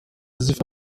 zifite